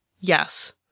Yes